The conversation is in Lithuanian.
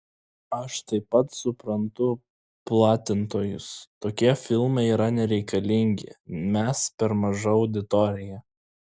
aš taip pat suprantu platintojus tokie filmai yra nereikalingi mes per maža auditorija